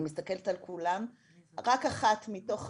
אני מסתכלת על כולן ורק אחת מתוך,